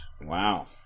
Wow